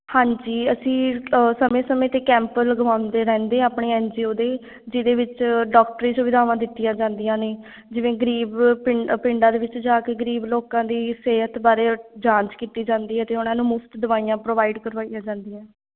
ਹਾਂਜੀ ਅਸੀਂ ਸਮੇਂ ਸਮੇਂ 'ਤੇ ਕੈਂਪ ਲਗਵਾਉਂਦੇ ਰਹਿੰਦੇ ਆਪਣੇ ਐੱਨ ਜੀ ਓ ਦੇ ਜਿਹਦੇ ਵਿੱਚ ਡਾਕਟਰੀ ਸੁਵਿਧਾਵਾਂ ਦਿੱਤੀਆਂ ਜਾਂਦੀਆਂ ਨੇ ਜਿਵੇਂ ਗਰੀਬ ਪਿੰ ਪਿੰਡਾਂ ਦੇ ਵਿੱਚ ਜਾ ਕੇ ਗਰੀਬ ਲੋਕਾਂ ਦੀ ਸਿਹਤ ਬਾਰੇ ਜਾਂਚ ਕੀਤੀ ਜਾਂਦੀ ਹੈ ਅਤੇ ਉਹਨਾਂ ਨੂੰ ਮੁਫਤ ਦਵਾਈਆਂ ਪ੍ਰੋਵਾਈਡ ਕਰਵਾਈਆਂ ਜਾਂਦੀਆਂ